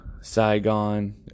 Saigon